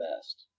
best